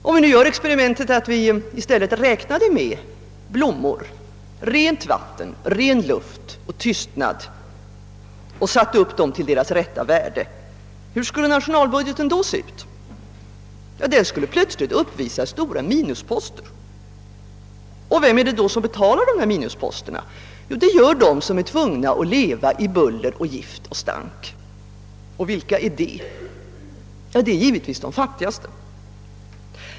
Om man i stället värderade syrener och vildblommor, ren luft och rent vatten och tystnad till deras rätta värde, hur skulle nationalbudgeten då se ut? Den skulle plötsligt uppvisa stora minusposter. Vem betalar då dessa minusposter? Jo, de som får leva i buller, gift och stank. Och vilka är det? Givetvis de fattigaste.